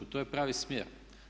To je pravi smjer.